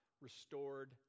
restored